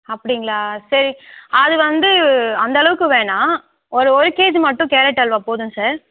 அப்படிங்களா சரி அது வந்து அந்த அளவுக்கு வேணா ஒரு ஒரு கேஜி மட்டும் கேரட் அல்வா போதும் சார்